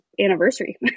anniversary